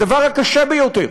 הדבר הקשה ביותר,